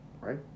Right